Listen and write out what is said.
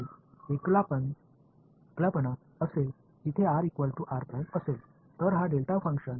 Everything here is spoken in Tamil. நான் என்ன செய்கிறேன் என்றாள் இரண்டு நிபந்தனைகள் உள்ளன